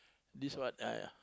this one !aiya!